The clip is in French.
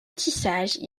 tissage